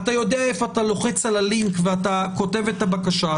אתה יודע איפה אתה לוחץ על הלינק וכותב את הבקשה,